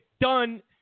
done